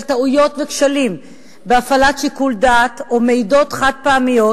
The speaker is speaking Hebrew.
טעויות וכשלים בהפעלת שיקול דעת או מעידות חד-פעמיות,